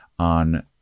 On